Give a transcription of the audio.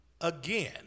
again